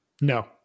No